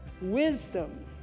wisdom